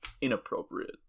inappropriate